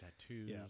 tattoos